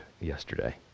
yesterday